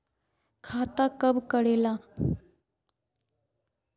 खाता कब करेला?